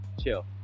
chill